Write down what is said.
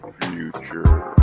future